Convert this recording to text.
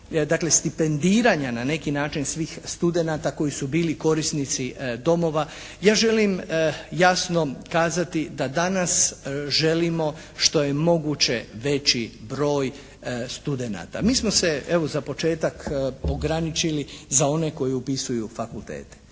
Dakle, stipendiranja na neki način svih studenata koji su bili korisnici domova. Ja želim jasno kazati da danas želimo što je moguće veći broj studenata. Mi smo se evo za početak ograničili za one koji upisuju fakultete.